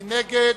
מי נגד?